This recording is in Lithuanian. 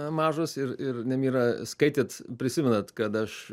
mažas ir ir nemira skaitėt prisimenat kad aš